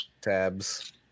tabs